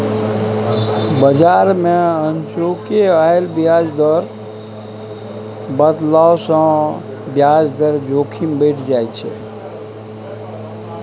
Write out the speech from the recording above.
बजार मे अनचोके आयल ब्याज दर बदलाव सँ ब्याज दर जोखिम बढ़ि जाइत छै